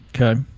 okay